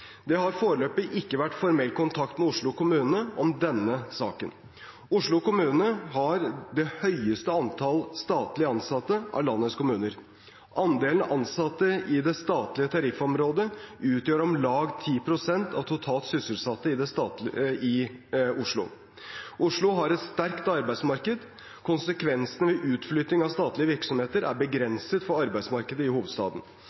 Det har foreløpig ikke vært formell kontakt med Oslo kommune om denne saken. Oslo kommune har det høyeste antall statlige ansatte av landets kommuner. Andelen ansatte i det statlige tariffområdet utgjør om lag 10 pst. av totalt sysselsatte i Oslo. Oslo har et sterkt arbeidsmarked, og konsekvensene ved utflytting av statlige virksomheter er begrenset for arbeidsmarkedet i hovedstaden.